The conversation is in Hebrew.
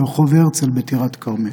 ברחוב הרצל בטירת הכרמל.